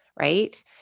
right